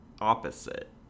opposite